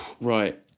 Right